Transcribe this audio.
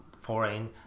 foreign